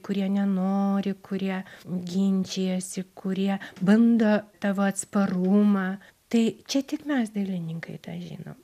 kurie nenori kurie ginčijasi kurie bando tavo atsparumą tai čia tik mes dailininkai tą žinom